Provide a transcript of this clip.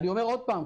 אני אומר עוד פעם,